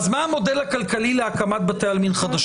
האם אפשר להבין מה המודל הכלכלי להקמת בתי עלמין חדשים?